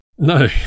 No